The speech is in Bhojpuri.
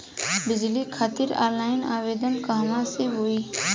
बिजली खातिर ऑनलाइन आवेदन कहवा से होयी?